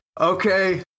okay